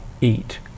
eat